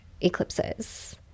eclipses